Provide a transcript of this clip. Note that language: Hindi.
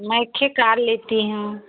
मैं के कार लेती हूँ